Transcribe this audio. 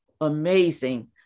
amazing